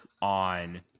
on